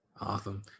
Awesome